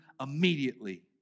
immediately